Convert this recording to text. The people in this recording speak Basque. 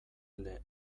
ele